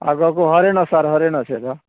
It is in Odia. ଆଗକୁ ହରିଣ ସାର୍ ହରିଣ ଅଛି ଆଗ